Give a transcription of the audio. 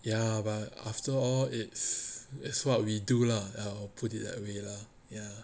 ya but after all it's it's what we do lah err put it that way lah ya